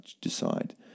decide